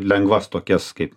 lengvas tokias kaip